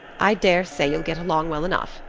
i dare say you'll get along well enough.